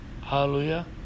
Hallelujah